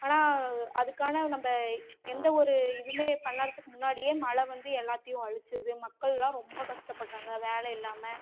ஆனால் அதுக்கான நம்ப எந்தவொரு இதுவுமே பண்ணாததுக்கு முன்னாடியே மழை வந்து எல்லாத்தையும் அழிச்சிடுது மக்களெலாம் ரொம்ப கஸ்டப்படுறாங்க வேலை இல்லாமல்